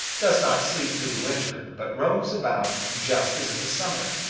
does not sleep through the winter, but roams about, just as in the summer.